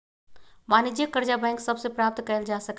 वाणिज्यिक करजा बैंक सभ से प्राप्त कएल जा सकै छइ